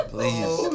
Please